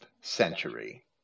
century